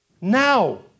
Now